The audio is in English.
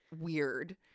weird